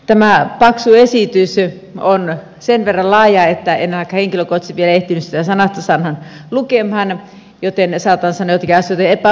tämä paksu esitys on sen verran laaja että en ainakaan henkilökohtaisesti vielä ehtinyt sitä sanasta sanaan lukemaan joten saatan sanoa joitakin asioita epävarmastikin